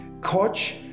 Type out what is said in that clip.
coach